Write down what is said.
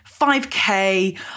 5K